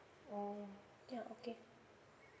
oo yeah okay